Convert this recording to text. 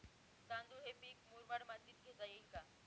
तांदूळ हे पीक मुरमाड मातीत घेता येईल का?